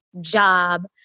job